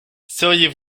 seriez